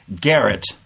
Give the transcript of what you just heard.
Garrett